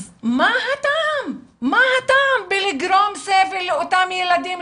אז מה הטעם לגרום סבל לאותם ילדים,